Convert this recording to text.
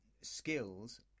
skills